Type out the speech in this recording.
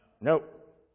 Nope